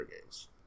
games